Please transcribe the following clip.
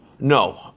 no